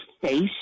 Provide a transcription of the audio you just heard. face